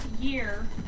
year